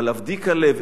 אבל עבדי כלב,